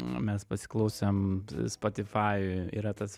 mes pasiklausėm spotify yra tas